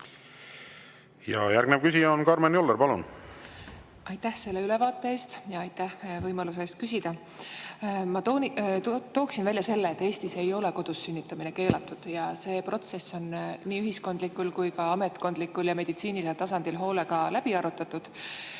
Järgnev küsija on Karmen Joller. Palun! Aitäh selle ülevaate eest! Ja aitäh võimaluse eest küsida! Ma tooksin välja selle, et Eestis ei ole kodus sünnitamine keelatud, ja see protsess on nii ühiskondlikul kui ka ametkondlikul ja meditsiinilisel tasandil hoolega läbi arutatud.